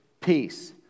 peace